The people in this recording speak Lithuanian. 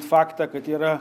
faktą kad yra